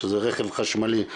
שזה רכב חשמלי,